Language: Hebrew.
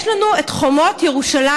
יש לנו את חומות ירושלים,